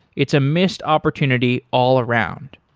it's a missed opportunity all around.